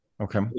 Okay